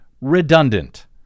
redundant